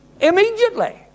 Immediately